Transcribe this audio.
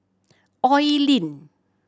Oi Lin